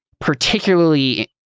particularly